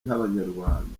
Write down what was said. nk’abanyarwanda